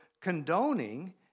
condoning